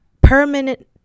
permanent